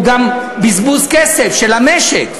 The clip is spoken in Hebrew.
הוא גם בזבוז כסף של המשק.